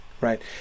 right